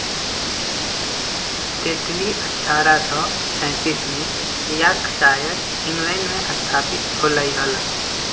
Tetley अठ्ठारह सौ सैंतीस में यॉर्कशायर, इंग्लैंड में स्थापित होलय हल